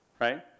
right